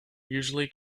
usually